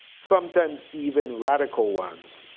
sometimes even radical ones,